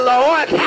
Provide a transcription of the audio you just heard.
Lord